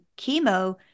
chemo